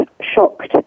shocked